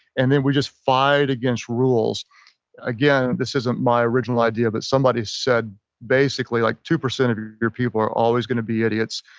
and then we just fight against rules again, this isn't my original idea, but somebody said basically like two percent of your your people are always going to be idiots.